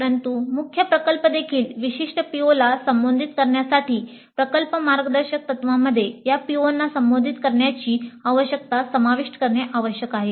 परंतु मुख्य प्रकल्पदेखील विशिष्ट POला संबोधित करण्यासाठी प्रकल्प मार्गदर्शक तत्त्वांमध्ये या POना संबोधित करण्याची आवश्यकता समाविष्ट करणे आवश्यक आहे